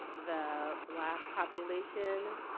the black population,